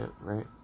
right